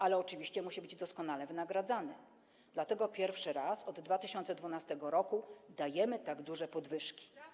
Ale oczywiście musi być doskonale wynagradzany, dlatego pierwszy raz od 2012 r. dajemy tak duże podwyżki.